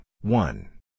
one